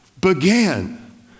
began